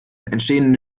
entstehen